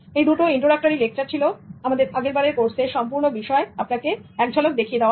এই দুটো introductory lecture ছিল আমাদের আগেরবারের কোর্সের সম্পূর্ণ বিষয় আপনাকে এক ঝলক দেখিয়ে দেওয়া হোল